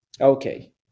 Okay